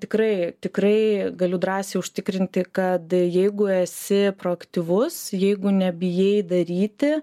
tikrai tikrai galiu drąsiai užtikrinti kad jeigu esi proaktyvus jeigu nebijai daryti